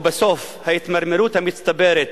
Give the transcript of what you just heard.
ובסוף, ההתמרמרות המצטברת